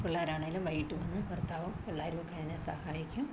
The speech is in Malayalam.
പിള്ളേരാണെങ്കിലും വൈകീട്ട് വന്ന് ഭർത്താവും പിള്ളേരുമൊക്കെ എന്നെ സഹായിക്കും